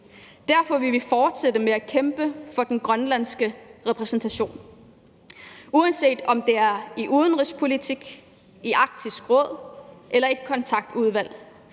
Derfor vil vi fortsætte med at kæmpe for den grønlandske repræsentation. Uanset om det er i udenrigspolitik, i Arktisk Råd, eller i et kontaktudvalg;